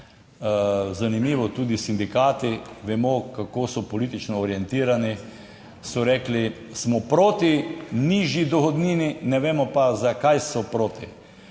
Zanimivo, tudi sindikati vemo kako so politično orientirani, so rekli, smo proti nižji dohodnini, ne vemo pa zakaj so proti,